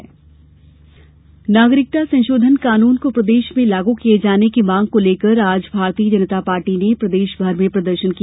भाजपा ज्ञापन नागरिकता संशोधन कानून को प्रदेश में लागू किए जाने की मांग को लेकर आज भारतीय जनता पार्टी ने प्रदेशभर में प्रदर्शन किया